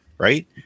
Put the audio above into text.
Right